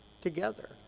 together